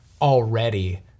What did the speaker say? already